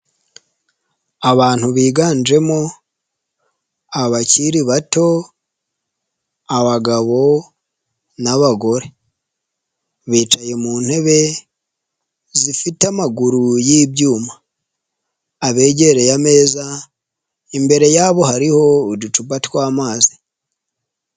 Abantu biganjemo abakiri bato, abagabo n'abagore, bicaye mu ntebe zifite amaguru y'ibyuma, abegereye ameza imbere yabo hariho uducupa tw'amazi.